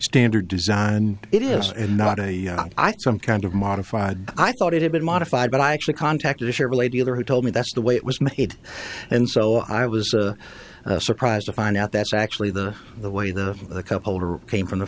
standard design and it is not a some kind of modified i thought it had been modified but i actually contacted a chevrolet dealer who told me that's the way it was made and so i was surprised to find out that's actually the the way the couple came from the